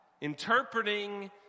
interpreting